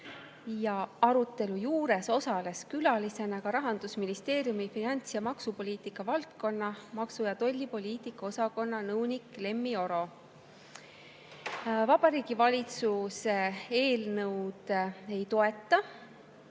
Arutelu juures osales külalisena ka Rahandusministeeriumi finants- ja maksupoliitika valdkonna maksu- ja tollipoliitika osakonna nõunik Lemmi Oro. Vabariigi Valitsus eelnõu ei toeta.